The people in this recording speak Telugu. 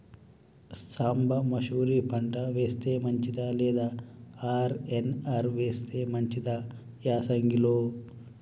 సాంబ మషూరి పంట వేస్తే మంచిదా లేదా ఆర్.ఎన్.ఆర్ వేస్తే మంచిదా యాసంగి లో?